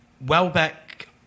Welbeck